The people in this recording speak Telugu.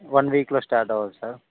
వన్ వీక్లో స్టార్ట్ అవ్వాలి సార్